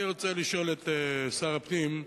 אני רוצה לשאול את שר הפנים: